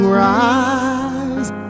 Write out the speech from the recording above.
rise